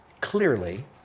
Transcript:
clearly